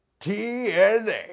TNA